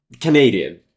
Canadian